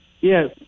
Yes